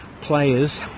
players